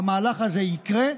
המהלך הזה יקרה,